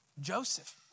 Joseph